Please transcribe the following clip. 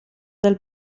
dal